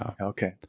okay